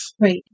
Right